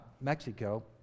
Mexico